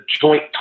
joint